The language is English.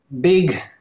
big